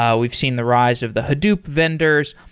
ah we've seen the rise of the hadoop vendors,